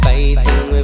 Fighting